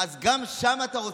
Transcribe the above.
כי אין להם ברירה,